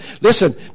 listen